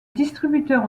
distributeurs